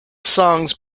songs